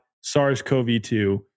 SARS-CoV-2